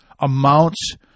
amounts